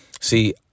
See